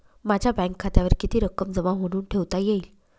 माझ्या बँक खात्यावर किती रक्कम जमा म्हणून ठेवता येईल?